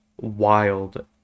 wild